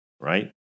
Right